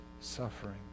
suffering